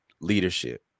leadership